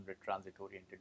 transit-oriented